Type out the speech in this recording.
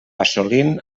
assolint